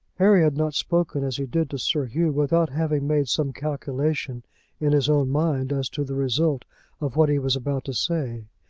harry had not spoken as he did to sir hugh without having made some calculation in his own mind as to the result of what he was about to say.